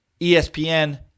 ESPN